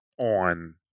on